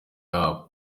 yabo